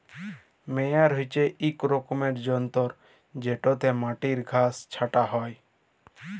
মেয়ার হছে ইক রকমের যল্তর যেটতে মাটির ঘাঁস ছাঁটা হ্যয়